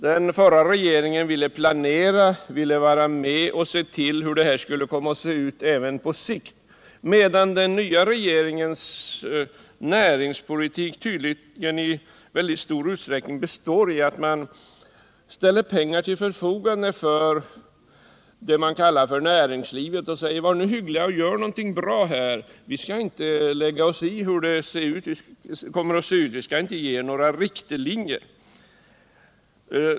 Den förra regeringen ville planera för hur det skulle se ut även på sikt, medan den nya regeringens näringspolitik tydligen i mycket stor utsträckning består i att regeringen ställer pengar till förfogande för vad den kallar näringslivet och säger: Var hyggliga och gör någonting bra — vi skall inte lägga oss i hur det kommer att se ut, och vi kommer inte att ge er några riktlinjer.